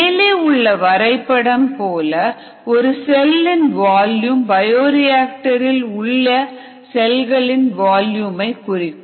மேலே உள்ள வரைபடம் போல ஒரு செல்லின் வால்யூம் பயோரியாக்டர் இல் உள்ள செல்களின் வால்யூமை குறிக்கும்